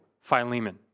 Philemon